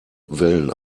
wellen